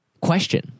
question